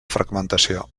fragmentació